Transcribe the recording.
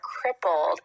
crippled